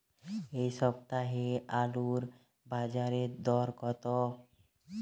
এ সপ্তাহে আলুর বাজারে দর কত?